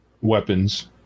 weapons